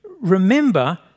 remember